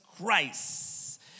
Christ